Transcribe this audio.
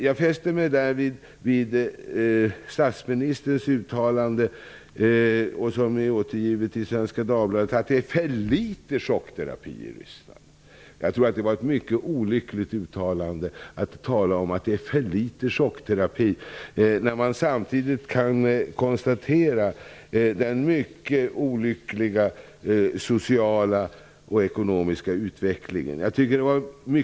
Jag fäster mig vid statsministerns uttalande, som är återgivet i Svenska Dagbladet, att det är för litet chockterapi i Ryssland. Jag tror att det var mycket olämpligt att säga det när man samtidigt kan konstatera att det är en mycket olycklig social och ekonomisk utveckling.